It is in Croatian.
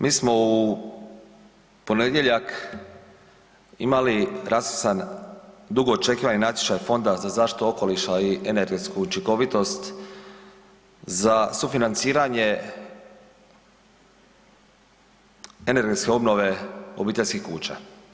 Mi smo u ponedjeljak imali raspisan dugo očekivani natječaj Fonda za zaštitu okoliša i energetsku učinkovitost za sufinanciranje energetske obnove obiteljskih kuća.